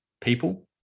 people